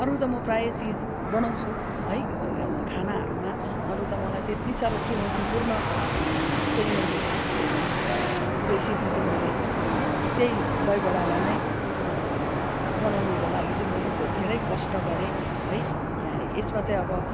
अरू त म प्रायः चिज बनाउँछु है खानाहरूमा अरू त मलाई त्यति साह्रो चुनौतीपूर्ण चाहिँ मैले रेसिपी चाहिँ मैले त्यही दहीबडालाई नै बनाउनुको लागि चाहिँ मैले धेरै कष्ट गरेँ है यसमा चाहिँ अब